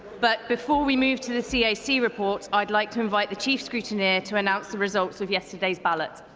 but before we move to the cac reports, i would like to invite the chief scrutineer to announce the results of yesterday's ballot.